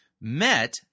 met